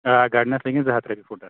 آ گڈنَس لٔگن زٕ ہَتھ رۄپیہِ فُٹَس